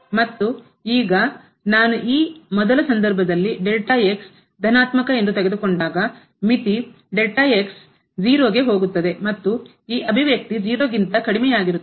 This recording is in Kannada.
ಮತ್ತು ಈಗ ನಾನು ಈ ಮೊದಲ ಸಂದರ್ಭದಲ್ಲಿ ಧನಾತ್ಮಕ ಎಂದು ತೆಗೆದುಕೊಂಡಾಗ ಮಿತಿ ಗೆ ಹೋಗುತ್ತದೆ ಮತ್ತು ಈ ಅಭಿವ್ಯಕ್ತಿ ಗಿಂತ ಕಡಿಮೆಯಾಗಿರುತ್ತದೆ